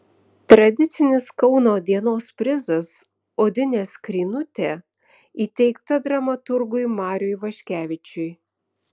tradicinis kauno dienos prizas odinė skrynutė įteikta dramaturgui mariui ivaškevičiui